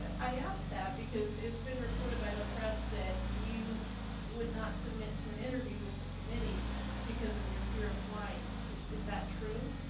i asked that because it's been reported by the press that you would not submit to an interview with the committee because of your fear of flying. is is that true?